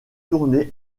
tourné